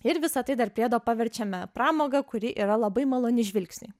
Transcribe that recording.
ir visa tai dar priedo paverčiame pramoga kuri yra labai maloni žvilgsniui